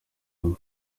numa